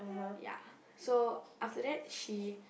ya so after that she